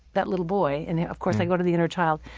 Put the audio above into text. that little boy and of course i go to the inner child,